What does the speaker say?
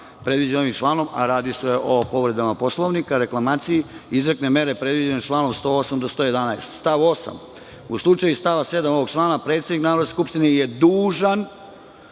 predviđena ovim članom, a radi se o povredama Poslovnika, reklamaciji, izrekne mere predviđene članom 108. do 111.Stav 8. – u slučaju iz stava 7. ovog člana predsednik Narodne skupštine je dužan